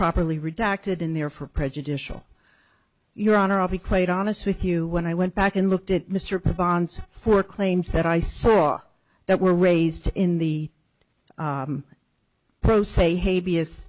properly redacted in there for prejudicial your honor i'll be quite honest with you when i went back and looked at mr bonds for claims that i saw that were raised in the pro se hey b